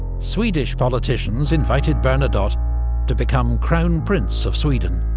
swedish politicians invited bernadotte to become crown prince of sweden